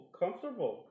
comfortable